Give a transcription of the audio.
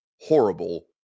horrible